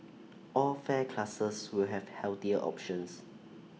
all fare classes will have healthier options